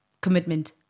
Commitment